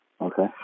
Okay